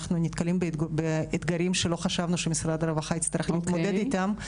אנחנו נתקלים באתגרים שלא חשבנו שמשרד הרווחה יצטרך להתמודד איתם,